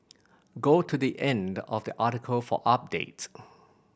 go to the end of the article for update